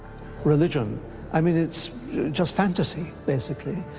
religion i mean, it's just fantasy, basically.